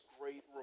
great